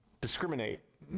discriminate